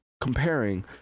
comparing